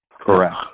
Correct